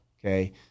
Okay